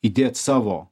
įdėt savo